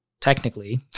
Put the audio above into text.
technically